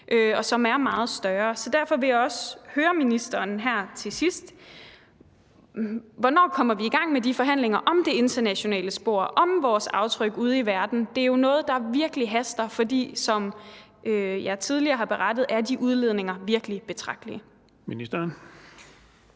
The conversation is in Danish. og som er meget større. Derfor vil jeg også spørge ministeren her til sidst: Hvornår kommer vi i gang med de forhandlinger om det internationale spor, om vores aftryk ude i verden? Det er jo noget, der virkelig haster, for som jeg tidligere har berettet, er de udledninger virkelig betragtelige. Kl.